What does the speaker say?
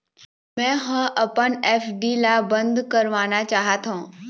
मै ह अपन एफ.डी ला अब बंद करवाना चाहथों